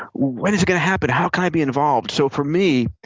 when's it going to happen? how can i be involved? so for me,